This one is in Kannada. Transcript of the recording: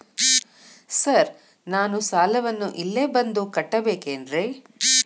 ಸರ್ ನಾನು ಸಾಲವನ್ನು ಇಲ್ಲೇ ಬಂದು ಕಟ್ಟಬೇಕೇನ್ರಿ?